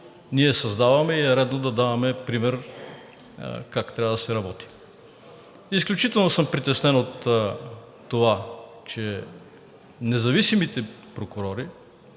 ние създаваме, и е редно да даваме пример как трябва да се работи. Изключително съм притеснен от това, че независимите прокурори